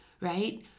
right